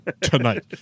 Tonight